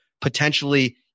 potentially